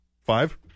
Five